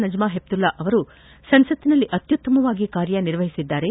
ನಜ್ಮಾ ಹೆಫ್ತುಲ್ಲಾ ಅವರು ಸಂಸತ್ನಲ್ಲಿ ಅತ್ಯುತ್ತಮವಾಗಿ ಕಾರ್ಯನಿರ್ವಹಿಸಿದ್ದಾರೆ